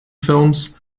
films